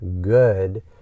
good